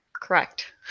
correct